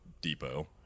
depot